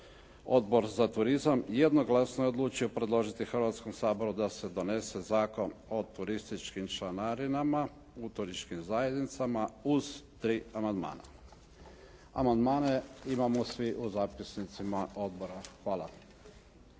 Odbor za turizam jednoglasno je odlučio predložiti Hrvatskom saboru da se donese Zakon o turističkim članarinama u turističkim zajednicama uz 3 amandmana. Amandmane imamo svi u zapisnicima odbora. Hvala.